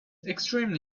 extremely